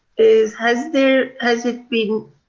is, has there, has it been,